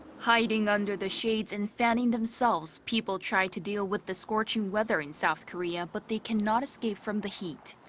hiding under the shade and fanning themselves. people try to deal with the scorching weather in south korea but they cannot escape from the heat.